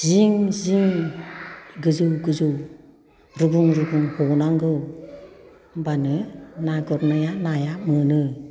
जिं जिं गोजौ गोजौ रुगुं रुगुं हनांगौ होनबानो ना गुरनाया नाया मोनो